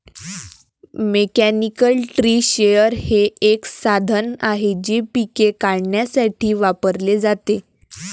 mechanical tree shaker हे एक साधन आहे जे पिके काढण्यासाठी वापरले जाते